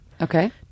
okay